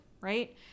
right